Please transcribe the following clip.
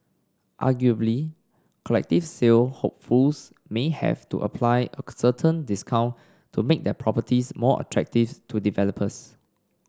arguably collective sale hopefuls may have to apply a certain discount to make their properties more attractive to developers